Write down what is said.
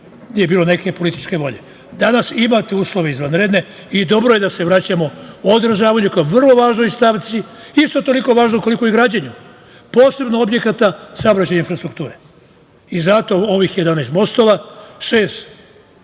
nije bilo političke volje. Danas imate uslove izvanredne i dobro je da se vraćamo održavanju kao vrlo važnoj stavci, isto toliko važno koliko i građenju, posebno objekata saobraćajne infrastrukture. Zato ovih 11 mostova, šest na